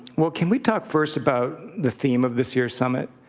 well, can we talk first about the theme of this year's summit?